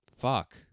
Fuck